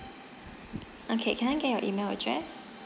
okay can I get your email address